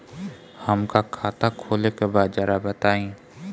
हमका खाता खोले के बा जरा बताई?